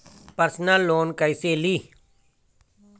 Personal loan कैसे ली?